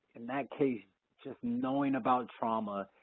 in that case, just knowing about trauma,